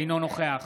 אינו נוכח